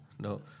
No